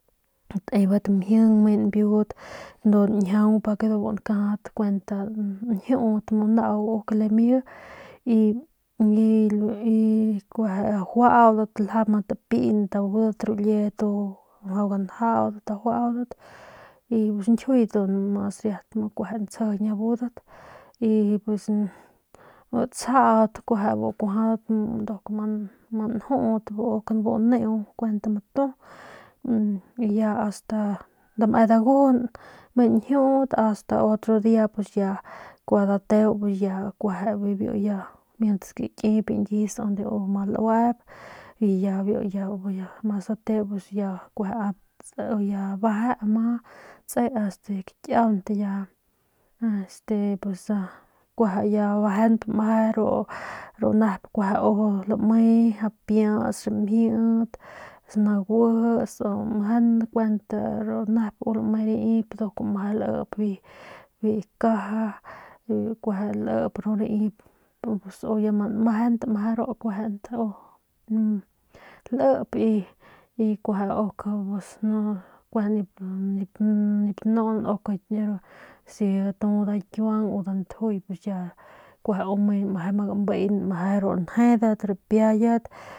Mje nbiudat du njiaung pa ke du lkajadat njiu mu nau limie y kueje ajuadat ljau kpint abudat ru liedat du mjau ganjadat y pus ru nkjiuyit du mu kueje ntsjejeñ abudat y pus bu tsaadbat bu akujadaat ok ma nju bu neu mtu y ya asta kgua gnu asta otro dia mjau dateu mientras gakip bi nyis dode ma luep y ya bi mas dateu kueje abeje a ma tse asta bi kiant ya este pus kueje abejent mje ru nep kueje lme ja pias rimjiet sangujes o mje kuent mje ru nep lme rip ljulp bi caja y kueje mje leep ru rip pus o ya ma nmeje mje ru guejent u lep y kueje ok atu kueje nip tanun si es ntjui o ikiuan mje ma gambin njedat rpiayit.